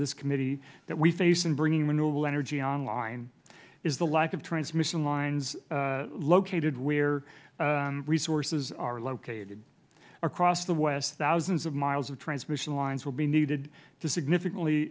this committee that what we face in bringing renewable energy on line is the lack of transmission lines located where resources are located across the west thousands of miles of transmission lines will be needed to significantly